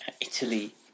Italy